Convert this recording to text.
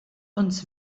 uns